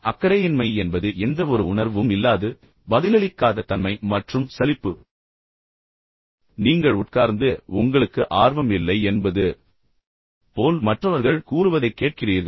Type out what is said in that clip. அக்கறையின்மை என்பது எந்தவொரு உணர்வும் இல்லாதது பதிலளிக்காத தன்மை மற்றும் சலிப்பு எனவே நீங்கள் உட்கார்ந்து பின்னர் நீங்கள் மிகவும் சலிப்படைந்துவிட்டீர்கள் என்பதைக் காட்டுகிறீர்கள் பின்னர் உங்களுக்கு ஆர்வம் இல்லை என்பது போல் மற்றவர்கள் கூறுவதை கேட்கிறீர்கள்